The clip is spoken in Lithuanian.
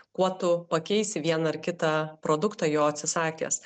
kuo tu pakeisi vieną ar kitą produktą jo atsisakęs